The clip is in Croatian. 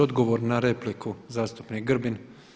Odgovor na repliku zastupnik Grbin.